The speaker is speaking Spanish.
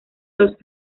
los